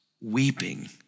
weeping